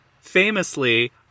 famously